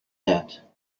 that